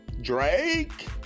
Drake